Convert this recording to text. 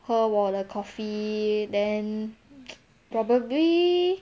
和我的 coffee then probably